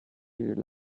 relaxing